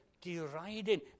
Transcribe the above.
deriding